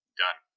done